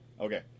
Okay